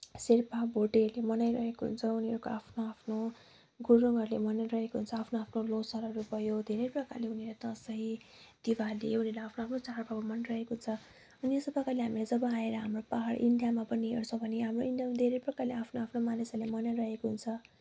शेर्पा भोटेले मनाइरहेको हुन्छ उनीहरूको आफ्नो आफ्नो गुरुङहरूले मनाइरहेको हुन्छ आफ्नो आफ्नो लोसारहरू भयो धेरै प्रकारले उनीहरूले दसैँ दिवाली उनीहरूले आफ्नो आफ्नो चाडपर्वहरू मनाइरेहको छ अनि यस्तै प्रकारले हामीले जब आएर हाम्रो पाहाड इन्डियामा पनि हेर्छौँ भने अब हाम्रो इन्डियामा धेरै प्रकारले आफ्नो आफ्नो मानिसहरूले मनाइरहेका हुन्छ